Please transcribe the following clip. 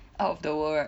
out of the world right